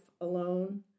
alone